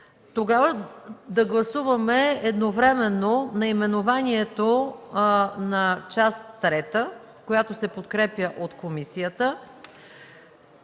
Да гласуваме едновременно наименованието на Част трета, която се подкрепя от комисията,